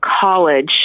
college